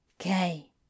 Okay